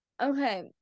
okay